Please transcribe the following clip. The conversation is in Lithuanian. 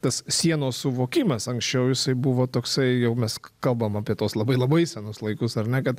tas sienos suvokimas anksčiau jisai buvo toksai jau mes kalbam apie tuos labai labai senus laikus ar ne kad